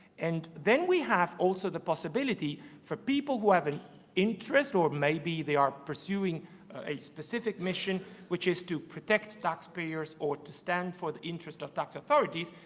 and then we have also the possibility for people who have an interest or maybe they are pursuing a specific mission which is to protect taxpayers or to stand for the interests of tax authorities,